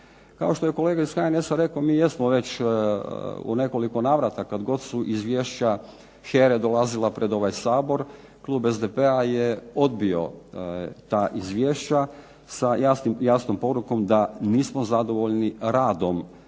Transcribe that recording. Kao što je kolega iz HNS-a rekao, mi jesmo već u nekoliko navrata kad god su izvješća HERA-e dolazila pred ovaj Sabor klub SDP-a je odbio ta izvješća sa jasnom porukom da nismo zadovoljni radom